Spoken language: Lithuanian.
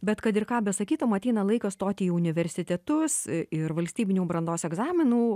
bet kad ir ką besakytum ateina laikas stoti į universitetus ir valstybinių brandos egzaminų